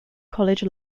college